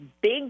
big